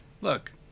look